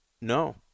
No